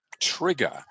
trigger